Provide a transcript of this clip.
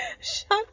Shut